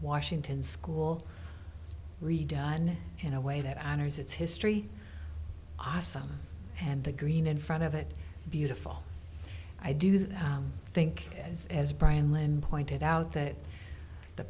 washington school redone in a way that honors its history awesome and the green in front of it beautiful i do think as brian len pointed out that the